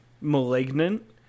Malignant